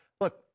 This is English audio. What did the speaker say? look